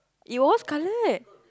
it was coloured